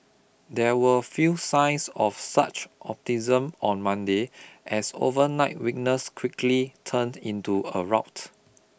there were few signs of such optimism on Monday as overnight weakness quickly turned into a rout